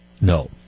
no